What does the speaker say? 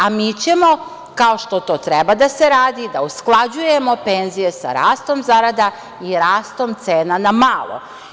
A, mi ćemo, kao što to treba da se radi, da usklađujemo penzije sa rastom zarada i rastom cena na malo.